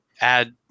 add